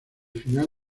final